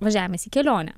važiavimas į kelionę